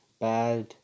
bad